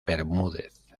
bermúdez